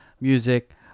music